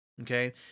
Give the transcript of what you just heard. Okay